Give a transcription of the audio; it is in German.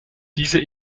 diese